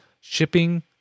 shipping